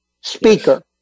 speaker